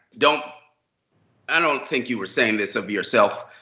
don't i don't think you were saying this of yourself.